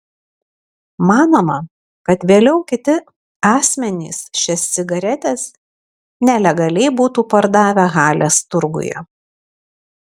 manoma kad vėliau kiti asmenys šias cigaretes nelegaliai būtų pardavę halės turguje